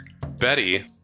Betty